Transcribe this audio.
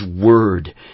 Word